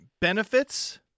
Benefits